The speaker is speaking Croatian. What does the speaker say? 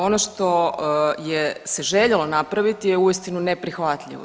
Ono što je, se željelo napraviti je uistinu neprihvatljivo.